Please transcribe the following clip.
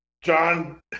John